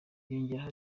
yongeyeho